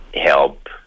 help